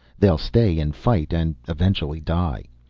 they'll stay and fight and eventually die.